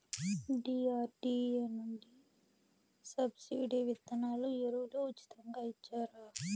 DRDA నుండి subsidy విత్తనాలు ఎరువులు ఉచితంగా ఇచ్చారా?